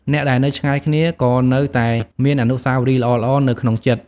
អ្នកដែលនៅឆ្ងាយគ្នា ក៏នៅតែមានអនុស្សាវរីយ៍ល្អៗនៅក្នុងចិត្ត។